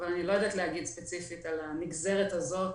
אז אני לא יודעת להגיד ספציפית על הנגזרת הזאת,